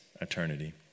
eternity